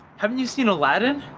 haven't you seen aladdin?